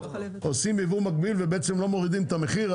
עושים יבוא מקביל ובעצם לא מורידים את המחיר?